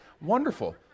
wonderful